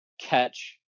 catch